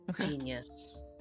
Genius